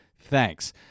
Thanks